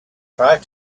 tried